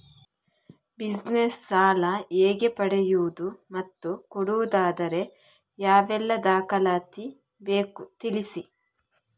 Business ಸಾಲ ಹೇಗೆ ಪಡೆಯುವುದು ಮತ್ತು ಕೊಡುವುದಾದರೆ ಯಾವೆಲ್ಲ ದಾಖಲಾತಿ ಬೇಕು ತಿಳಿಸಿ?